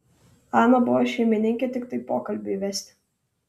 ana buvo šeimininkė tiktai pokalbiui vesti